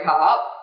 up